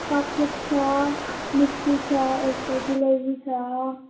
cup cake छ मिष्ठी छ जुलपी छ